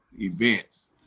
events